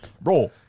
Bro